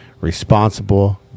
responsible